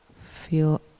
feel